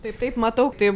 tai taip matau tai